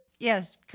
Yes